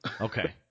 okay